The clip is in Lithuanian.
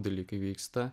dalykai vyksta